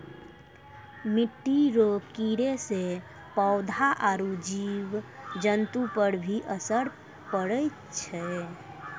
मिट्टी रो कीड़े से पौधा आरु जीव जन्तु पर भी असर पड़ै छै